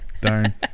darn